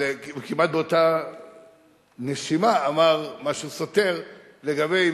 כמעט באותה נשימה הוא אמר משהו סותר לגבי אם